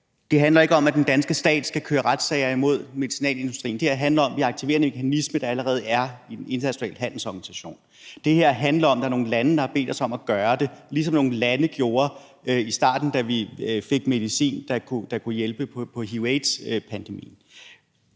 Det handler ikke om, at den danske stat skal køre retssager imod medicinalindustrien. Det her handler om, at vi aktiverer en mekanisme, der allerede er i en international handelsorganisation. Det her handler om, at der er nogle lande, der har bedt os om at gøre det, ligesom nogle lande gjorde i starten, da vi fik medicin, der kunne hjælpe på hiv-/aids-pandemien.